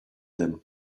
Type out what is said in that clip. them